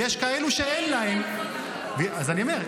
ויש כאלה שאין להם --- אם אין להם הכנסות אחרות?